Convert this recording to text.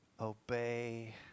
obey